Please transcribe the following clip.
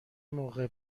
موقع